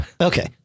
Okay